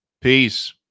Peace